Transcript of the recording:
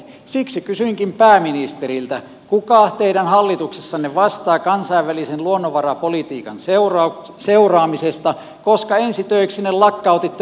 siksi kysyinkin pääministeriltä kuka teidän hallituksessanne vastaa kansainvälisen luonnonvarapolitiikan seuraamisesta koska ensi töiksenne lakkautitte luonnonvarainneuvoston